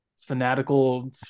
fanatical